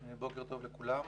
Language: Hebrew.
בוקר טוב לכולם.